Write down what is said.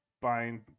buying